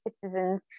citizens